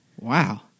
Wow